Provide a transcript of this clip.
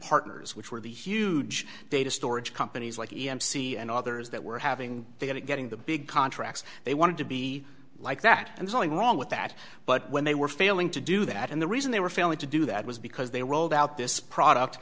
partners which were the huge data storage companies like e m c and others that were having they had it getting the big contracts they wanted to be like that and something wrong with that but when they were failing to do that and the reason they were failing to do that was because they rolled out this product